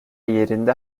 yerinde